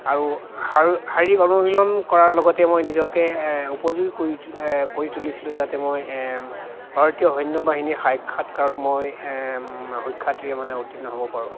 আৰু শাৰী শাৰীৰিক অনুশীলন কৰাৰ লগতে মই নিজকে উপযোগী কৰি কৰি তুলিছিলোঁ যাতে মই ভাৰতীয় সৈন্য বাহিনীৰ সাক্ষাৎকাৰত মই সুখ্যাতিৰে মানে উত্তীৰ্ণ হ'ব পাৰোঁ